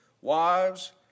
wives